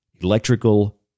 electrical